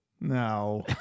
No